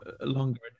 longer